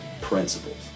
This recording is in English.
principles